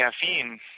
caffeine